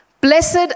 Blessed